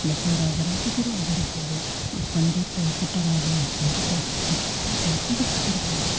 ಬಸವರಾಜ ರಾಜಗುರು ಆಗಿರ್ಬೋದು ಪಂಡಿತ ಪುಟ್ಟರಾಜ ಪಂಡಿತ್ ಪುಟ್ಟರಾಜ ಗವಾಯಿಗಳಾಗಿರ್ಬೋದು